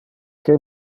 que